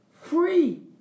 free